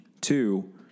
Two